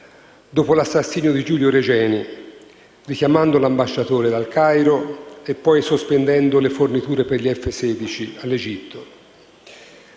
dopo l'assassinio di Giulio Regeni, richiamando l'ambasciatore dal Cairo e poi sospendendo le forniture per gli F-16 all'Egitto.